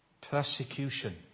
persecution